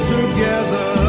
together